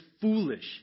foolish